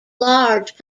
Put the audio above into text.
large